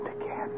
again